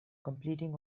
completing